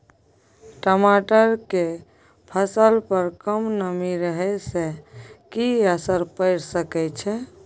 टमाटर के फसल पर कम नमी रहै से कि असर पैर सके छै?